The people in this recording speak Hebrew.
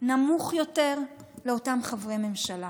נמוך יותר לאותם חברי ממשלה,